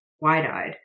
Wide-eyed